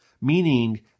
meaning